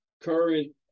current